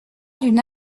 d’une